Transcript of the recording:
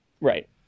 right